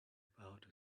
about